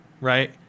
right